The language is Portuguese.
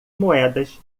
moedas